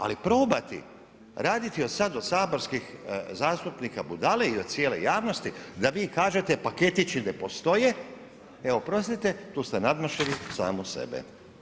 Ali probati raditi sada od saborskih zastupnika budale i od cijele javnosti da vi kažete paketići ne postoje, e oprostite tu ste nadmašili samu sebe.